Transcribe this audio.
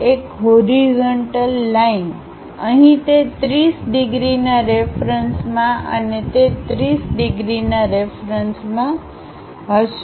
એક horizontal line અહીં તે 30 ડિગ્રીના રેફરન્સમાં અને તે 30 ડિગ્રીના રેફરન્સમાં હશે